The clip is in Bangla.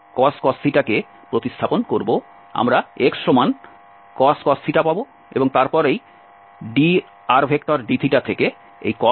যখন আমরা এই sin cos কে প্রতিস্থাপন করব আমরা xcos পাব এবং তারপর এই drdθ থেকে এই cos পাব